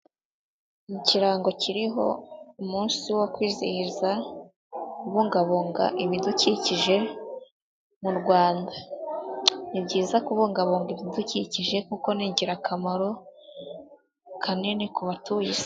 Mu ikirango kiriho umunsi wo kwizihiza kubungabunga ibidukikije mu Rwanda, ni byiza kubungabunga ibidukikije kuko ni ingirakamaro kanini ku batuye Isi.